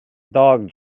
dog